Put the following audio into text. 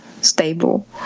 stable